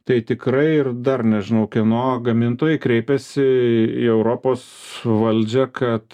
tai tikrai ir dar nežinau kieno gamintojai kreipėsi į europos valdžią kad